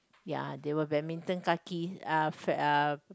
ya they were badminton kaki uh uh